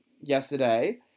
yesterday